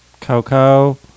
Coco